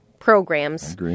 programs